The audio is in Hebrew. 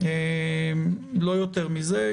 לא יותר מזה.